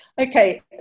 Okay